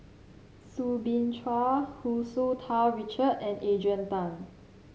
Soo Bin Chua Hu Tsu Tau Richard and Adrian Tan